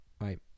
Right